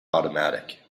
automatic